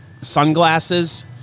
sunglasses